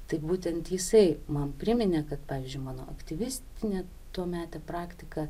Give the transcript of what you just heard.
tai būtent jisai man priminė kad pavyzdžiui mano aktyvistinė tuometė praktika